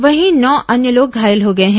वहीं नौ अन्य लोग घायल हो गए हैं